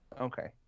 Okay